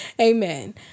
Amen